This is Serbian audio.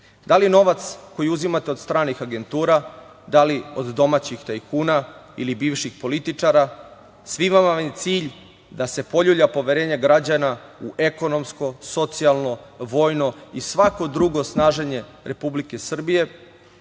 Da li novac koji uzimate od stranih agentura, da li od domaćih tajkuna ili bivših političara, svima vam je cilj da se poljulja poverenje građana u ekonomsko, socijalno, vojno i svako drugo snaženje Republike Srbije